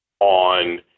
on